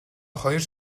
хоёр